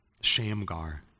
Shamgar